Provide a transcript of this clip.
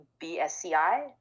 BSCI